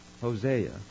Hosea